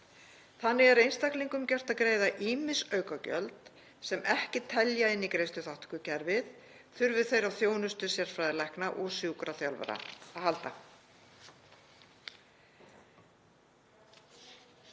Þannig er einstaklingum gert að greiða ýmis aukagjöld sem ekki telja inn í greiðsluþátttökukerfið þurfi þeir á þjónustu sérfræðilækna og sjúkraþjálfara að halda.